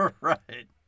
Right